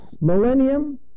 millennium